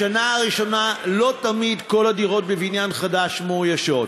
בשנה הראשונה לא תמיד כל הדירות בבניין חדש מאוישות.